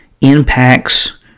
impacts